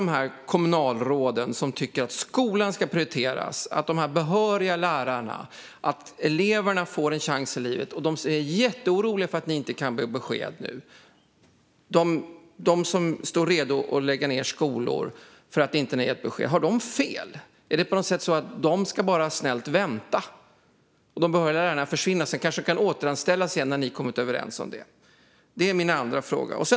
Det handlar om alla de kommunalråd som tycker att skolan ska prioriteras, att det ska finnas behöriga lärare och att eleverna ska få en chans i livet. De är jätteoroliga för att ni nu inte kan ge besked. De står redo att lägga ned skolor för att ni inte har gett ett besked. Har de fel? Är det på något sätt så att de bara snällt ska vänta? De behöriga lärarna ska försvinna, och sedan kan de återanställas igen när ni har kommit överens om det. Det är min andra fråga.